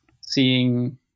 seeing